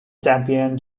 debian